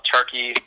Turkey